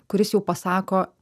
kuris jau pasako